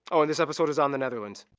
oh, and this episode is on the netherlands.